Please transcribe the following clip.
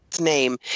name